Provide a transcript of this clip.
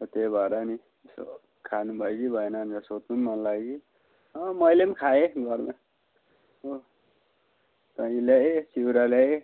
हो त्यही भएर नि यसो खानु भयो कि भएन भनेर सोध्नु पनि मन लाग्यो कि अँ मैलेम खाएँ घरमा हो दही ल्याएँ चिउरा ल्याएँ